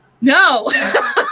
No